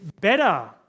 better